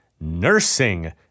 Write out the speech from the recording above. nursing